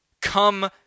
come